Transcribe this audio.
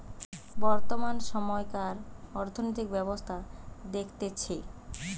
বর্তমান সময়কার অর্থনৈতিক ব্যবস্থা দেখতেছে